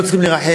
לא צריכים לרחם.